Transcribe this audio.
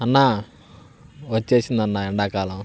అన్నా వచ్చేసింది అన్నా ఎండాకాలం